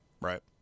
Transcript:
right